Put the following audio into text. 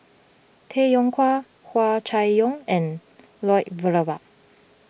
Tay Yong Kwang Hua Chai Yong and Lloyd Valberg